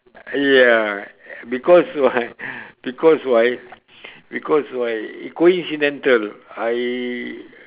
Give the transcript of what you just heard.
ya because why because why because why coincidental I